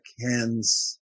hands